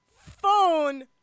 phone